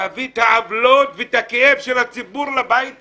להביא את העוולות ואת הכאב של הציבור לבית הזה.